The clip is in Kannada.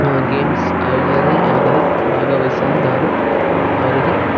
ಗೇಮ್ಸ್ ಆಗಲಿ ಭಾಗವಹಿಸಲು ನಾನು ಅವರಿಗೆ